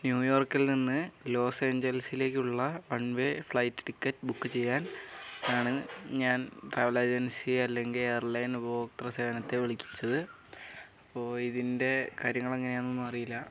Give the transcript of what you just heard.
ന്യൂയോർക്കിൽ നിന്ന് ലോസ് ഏഞ്ചൽസിലേക്കുള്ള one way flight ticket book ചെയ്യാൻ ആണ് ഞാൻ ട്രാവൽ ഏജൻസി അല്ലെങ്കിൽ എയർലൈൻ ഉപപോക്ത്ര സേവനത്തെ വിളിച്ചത് അപ്പോൾ ഇതിൻ്റെ കാര്യങ്ങൾ എങ്ങനെയാണെന്നൊന്നും അറിയില്ല